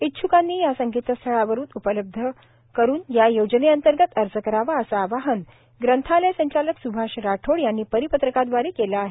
इच्छुकांनी या संकेतस्थळावरून उपलब्ध करून या योजनेअंतर्गत अर्ज करावा असं आवाहन ग्रंथालय संचालक सुभाष राठोड यांनी परिपत्रकादवारे केलं आहे